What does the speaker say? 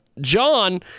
John